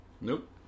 Nope